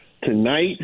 Tonight